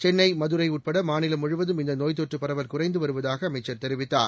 சென்னை மதுரைஉட்படமாநிலம் முழுவதும் இந்தநோய் தொற்றபரவல் குறைந்துவருவதாக் அமைச்சர் தெரிவித்தார்